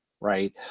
right